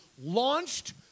launched